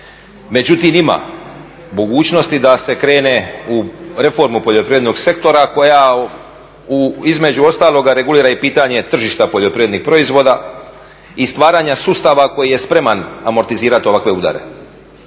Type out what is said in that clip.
Međutim ima mogućnosti da se krene u reformu poljoprivrednog sektora koja između ostaloga regulira i pitanje tržišta poljoprivrednih proizvoda i stvaranja sustava koji je spreman amortizirati ovakve udare.